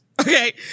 Okay